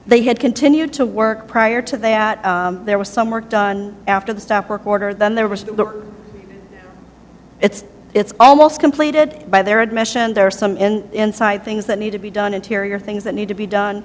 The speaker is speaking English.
they had continued to work prior to that there was some work done after the stop work order then there was it's it's almost completed by their admission there are some in inside things that need to be done interior things that need to be done